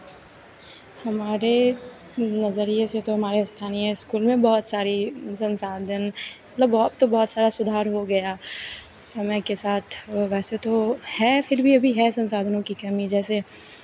हमारे नज़रिये से तो हमारे स्थानीय इस्कूल में बहुत सारी संसाधन मतलब अब तो बहुत सारा सुधार हो गया समय के साथ वैसे तो है फिर भी अभी है संसाधनों की कमी जैसे